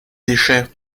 déchets